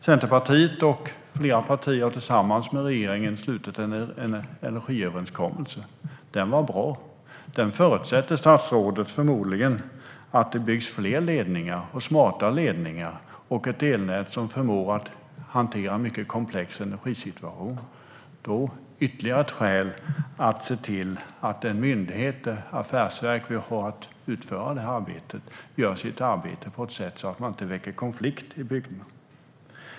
Centerpartiet och flera andra partier har tillsammans med regeringen slutit en energiöverenskommelse. Den är bra. Utifrån den förutsätter förmodligen statsrådet att det kan byggas fler och smartare ledningar och ett elnät som förmår att hantera en mycket komplex energisituation. Detta är ytterligare ett skäl till att se till att den myndighet eller det affärsverk som ska genomföra detta utför sitt arbete på ett sätt som gör att man inte väcker konflikt i bygderna.